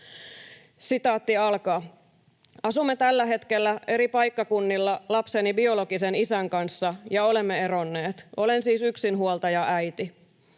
pärjätään. ”Asumme tällä hetkellä eri paikkakunnilla lapseni biologisen isän kanssa ja olemme eronneet. Olen siis yksinhuoltajaäiti.